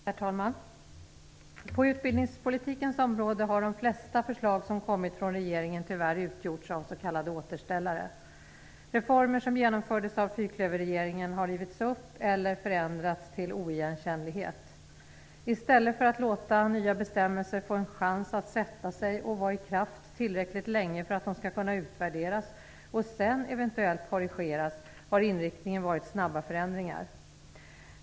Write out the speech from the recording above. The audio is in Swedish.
Herr talman! På utbildningspolitikens område har de flesta förslag som kommit från regeringen tyvärr utgjorts av s.k. återställare. Reformer som genomfördes av fyrklöverregeringen har rivits upp eller förändrats till oigenkännlighet. I stället för att låta nya bestämmelser få en chans att sätta sig och vara i kraft tillräckligt länge för att de skall kunna utvärderas och sedan eventuellt korrigeras har inriktningen varit snabba förändringar.